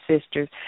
sisters